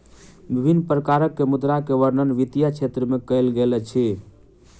विभिन्न प्रकारक मुद्रा के वर्णन वित्तीय क्षेत्र में कयल गेल अछि